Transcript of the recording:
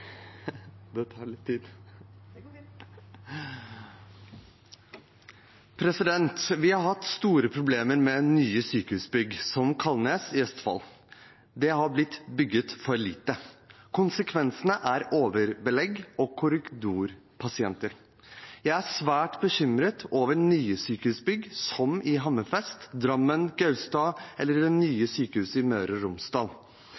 Kalnes i Østfold. Det har blitt bygget for lite. Konsekvensene er overbelegg og korridorpasienter. Jeg er svært bekymret for nye sykehusbygg, som i Hammerfest, Drammen, Gaustad og det nye sykehuset i Møre og Romsdal.